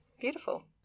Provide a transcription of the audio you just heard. beautiful